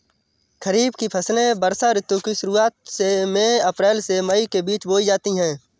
खरीफ की फसलें वर्षा ऋतु की शुरुआत में अप्रैल से मई के बीच बोई जाती हैं